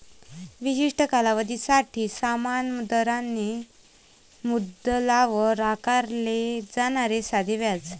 विशिष्ट कालावधीसाठी समान दराने मुद्दलावर आकारले जाणारे साधे व्याज